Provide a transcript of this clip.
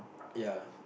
ya